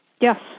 Yes